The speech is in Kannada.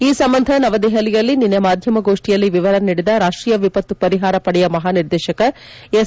ಈ ಸಂಬಂಧ ನವದೆಹಲಿಯಲ್ಲಿ ನಿನ್ನೆ ಮಾಧ್ಯಮಗೋಷ್ತಿಯಲ್ಲಿ ವಿವರ ನೀಡಿದ ರಾಷ್ಟೀಯ ವಿಪತ್ತು ಪರಿಹಾರ ಪಡೆಯ ಮಹಾ ನಿರ್ದೇಶಕ ಎಸ್